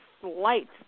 slight